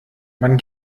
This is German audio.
man